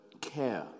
care